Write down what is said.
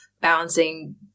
balancing